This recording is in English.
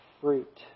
fruit